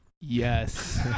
Yes